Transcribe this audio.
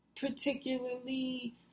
particularly